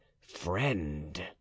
friend